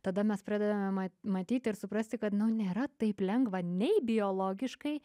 tada mes pradedame ma matyt ir suprasti kad nėra taip lengva nei biologiškai